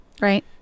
right